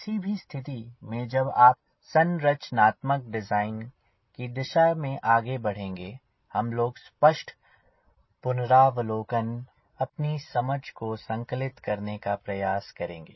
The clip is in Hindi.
किसी भी स्थिति में जब हम संरचनात्मक डिज़ाइन की दिशा में आगे बढ़ेंगे हम लोग स्पष्ट पुनरावलोकन अपनी समझ को संकलित करने का प्रयास करेंगे